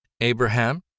Abraham